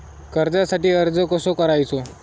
कर्जासाठी अर्ज कसो करायचो?